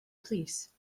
plîs